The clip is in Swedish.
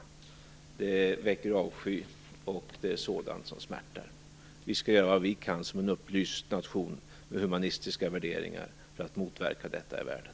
Det väcker avsky, och det är sådant som smärtar. Vi skall göra vad vi kan, som en upplyst nation med humanistiska värderingar, för att motverka detta i världen.